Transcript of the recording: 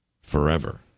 forever